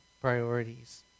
priorities